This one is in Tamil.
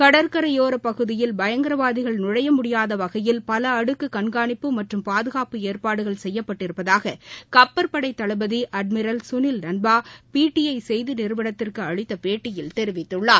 கடற்கரையோர பகுதியில் பயங்கரவாதிகள் நுழைய முடியாத வகையில் பலஅடுக்கு கண்காணிப்பு மற்றும் பாதுகாப்பு ஏற்பாடுகள் செய்யபட்டிருப்பதாக கப்பற்படை தளபதி அட்மிரல் சுனில் லன்பா பிடிஐ செய்தி நிறுவனத்துக்கு அளித்த பேட்டியில் தெரிவித்துள்ளார்